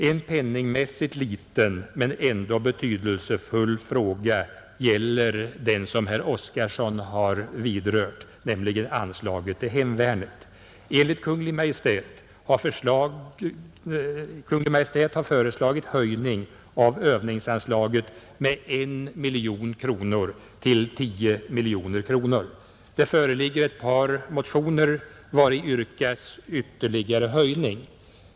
En penningmässigt liten men ändå betydelsefull fråga, som herr Oskarson har vidrört, gäller anslagen till hemvärnet. Kungl. Maj:t har föreslagit höjning av övningsanslaget med 1 miljon kronor till 10 miljoner kronor. Det föreligger ett par motioner vari yrkas ytterligare höjning.